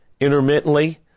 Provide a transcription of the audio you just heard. intermittently